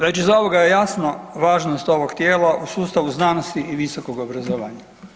Već iz ovoga je jasno važnost ovog tijela u sustavu znanosti i visokog obrazovanja.